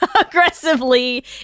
Aggressively